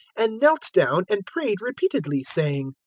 and knelt down and prayed repeatedly, saying,